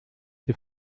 die